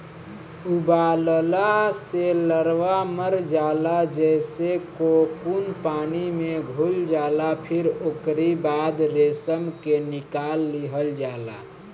उबालला से लार्वा मर जाला जेसे कोकून पानी में घुल जाला फिर ओकरी बाद रेशम के निकाल लिहल जाला